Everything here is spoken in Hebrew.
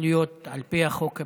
ההתנחלויות, על פי החוק הבין-לאומי,